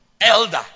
elder